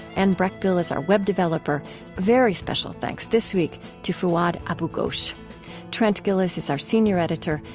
anne breckbill is our web developer very special thanks this week to fouad abu-ghosh trent gilliss is our senior editor.